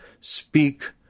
speak